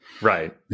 Right